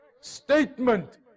statement